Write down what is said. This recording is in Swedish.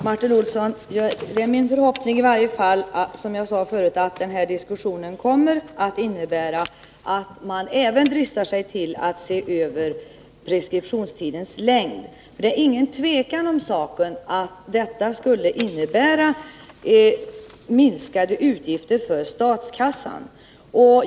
Herr talman! Det är i varje fall min förhoppning, som jag sade förut, att den här diskussionen kommer att innebära att man även dristar sig till att se över preskriptionstidens längd. Det är inget tvivel om att detta skulle innebära minskade utgifter för statskassan.